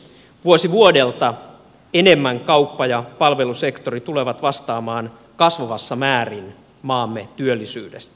vuosi vuodelta enemmän kauppa ja palvelusektori tulevat vastaamaan kasvavassa määrin maamme työllisyydestä